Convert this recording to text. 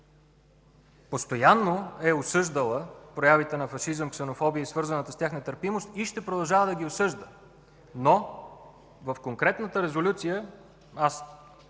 постоянно е осъждала проявите на фашизъм, ксенофобия и свързаната с тях нетърпимост и ще продължава да ги осъжда, но в конкретната Резолюция – аз